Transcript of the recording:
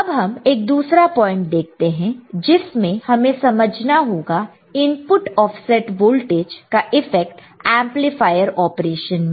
अब हम एक दूसरा पॉइंट देखते हैं जिसमें हमें समझना होगा इनपुट ऑफसेट वोल्टेज का इफेक्ट एंपलीफायर ऑपरेशन में